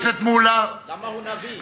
למה אתה נביא?